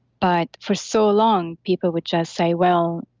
but for so long, people would just say, well,